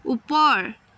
ওপৰ